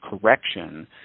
correction